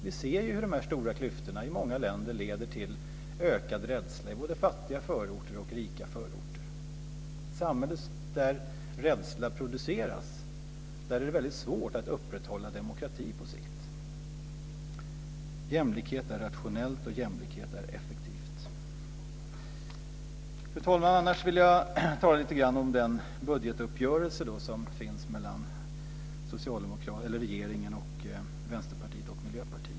Vi ser hur de stora klyftorna i många länder leder till ökad rädsla i både fattiga och rika förorter. I ett samhälle där rädsla produceras är det väldigt svårt att upprätthålla demokrati på sikt. Jämlikhet är rationellt och jämlikhet är effektivt. Fru talman! Annars vill jag tala lite grann om den budgetuppgörelse som träffats mellan regeringen, Vänsterpartiet och Miljöpartiet.